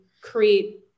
create